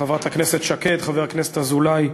חברת הכנסת שקד, חבר הכנסת אזולאי,